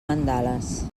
mandales